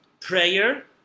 prayer